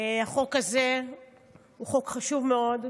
החוק הזה הוא חוק חשוב מאוד,